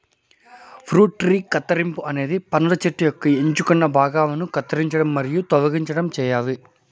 fruit tree కత్తిరింపు అనేది పండ్ల చెట్టు యొక్క ఎంచుకున్న భాగాలను కత్తిరించడం మరియు తొలగించడం చేయాలి